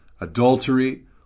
adultery